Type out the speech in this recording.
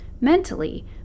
Mentally